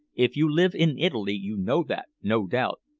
if you live in italy you know that, no doubt.